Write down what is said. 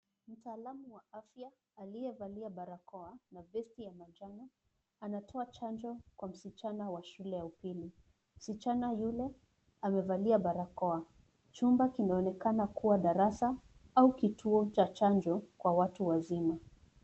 Mtaalamu wa afya aliyovalia barakoa na vesti ya manjano anatoa chanjo kwa msichana wa shule ya upili. Msichana yule ambavalia barakoa chumba hicho kinaonekana kuwa darasa au kituo cha chanjo kuwa watu wazima.